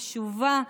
חשובה,